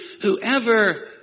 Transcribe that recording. whoever